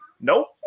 nope